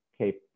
okay